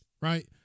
right